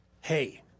Hey